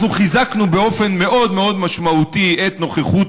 אנחנו חיזקנו באופן מאוד מאוד משמעותי את נוכחות